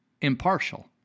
impartial